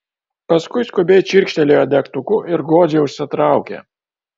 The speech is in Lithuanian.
paskui skubiai čirkštelėjo degtuku ir godžiai užsitraukė